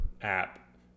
app